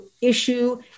issue